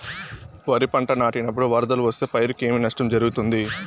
వరిపంట నాటినపుడు వరదలు వస్తే పైరుకు ఏమి నష్టం జరుగుతుంది?